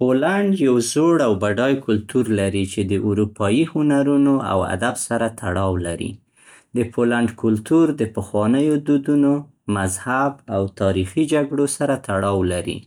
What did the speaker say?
پولنډ یو زوړ او بډای کلتور لري چې د اروپایي هنرونو او ادب سره تړاو لري. د پولنډ کلتور د پخوانیو دودونو، مذهب او تاریخي جګړو سره تړاو لري.